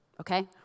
Okay